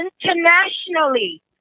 internationally